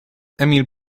emil